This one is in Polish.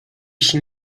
sił